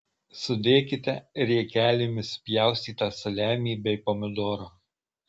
sudėkite riekelėmis supjaustytą saliamį bei pomidorą